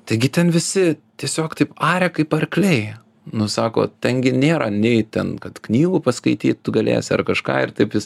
taigi ten visi tiesiog taip aria kaip arkliai nu sako ten gi nėra nei ten kad knygų paskaityt tu galėsi ar kažką ir taip jis